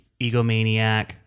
egomaniac